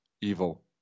evil